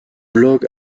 blog